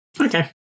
Okay